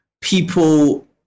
people